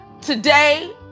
Today